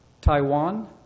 Taiwan